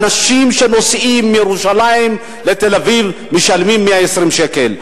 אנשים שנוסעים מירושלים לתל-אביב משלמים 120 שקל.